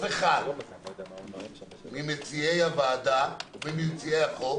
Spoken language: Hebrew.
ממציעי החוק